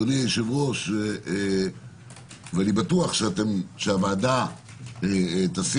אדוני היושב-ראש, ואני בטוח שהוועדה תשים